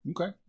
Okay